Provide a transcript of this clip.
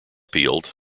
peeled